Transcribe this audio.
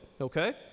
Okay